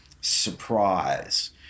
surprise